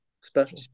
special